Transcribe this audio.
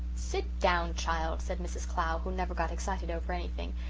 sit down, child, said mrs. clow, who never got excited over anything,